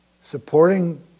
supporting